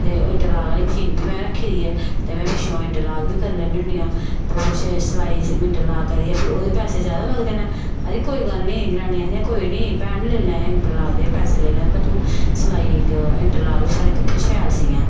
ते इन्ट्रलाक आह्ली मशीन बी में रक्खी दी ऐ ते में पिच्छुआं इन्ट्रलाक बी करी लैन्नी होन्नी आं ते पिच्छें सलाई इन्ट्रलाक करियै फ्ङी ओह्दे पैसे जादा लगदे न आखदे कोई गल्ल नी जनानियां आखदियां कोई निं भैनें लेई लैयां इन्ट्रलाक दे पैसे लेई लैयां पर तूं सलाई इन्ट्रलाक बी साढ़े कपड़े शैल सियां